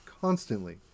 constantly